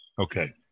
Okay